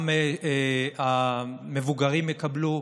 גם המבוגרים יקבלו,